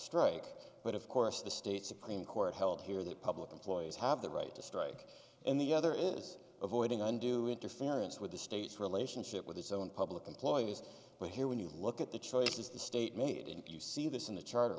strike but of course the state supreme court held here that public employees have the right to strike and the other is avoiding undue interference with the state's relationship with its own public employees but here when you look at the choices the state made and you see this in the charter